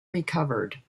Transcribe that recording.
recovered